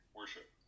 worship